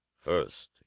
First